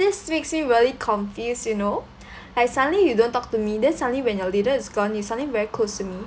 this makes me really confused you know like suddenly you don't talk to me then suddenly when your leader is gone you suddenly very close to me